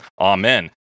Amen